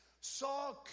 saw